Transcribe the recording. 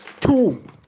two